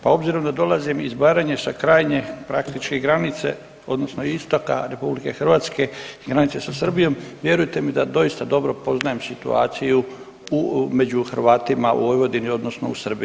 Pa obzirom da dolazim iz Baranje, sa krajnje, praktički granice, odnosno istoka RH i granice sa Srbijom, vjerujte mi da doista dobro poznajem situaciju u, među Hrvatima u Vojvodini, odnosno u Srbiji.